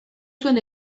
zuen